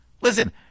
listen